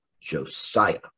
Josiah